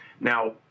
Now